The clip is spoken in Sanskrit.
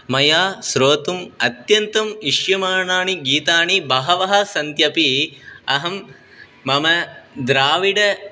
मया श्रोतुम् अत्यन्तम् इष्यमाणाणि गीताणि बहवः सन्त्यपि अहं मम द्राविड